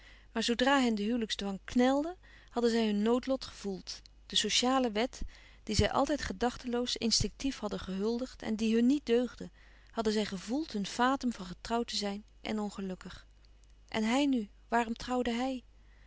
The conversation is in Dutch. maar zoodra hen de huwelijksdwang knelde hadden zij hun noodlot gevoeld de sociale wet die zij altijd gedachteloos instinctief hadden gehuldigd en die hun niet deugde hadden zij gevoeld hun fatum van getrouwd te zijn en ongelukkig en hij nu waarom trouwde hij